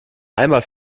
einmal